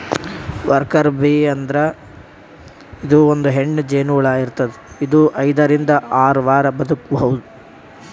worker bee ಅಂದ್ರ ಇದು ಒಂದ್ ಹೆಣ್ಣ್ ಜೇನಹುಳ ಇರ್ತದ್ ಇದು ಐದರಿಂದ್ ಆರ್ ವಾರ್ ಬದ್ಕಬಹುದ್